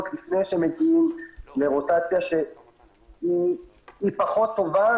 לפני שמגיעים לרוטציה שהיא פחות טובה,